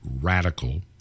radical